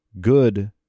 good